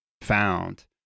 found